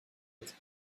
tête